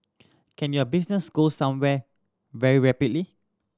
can your business go somewhere very rapidly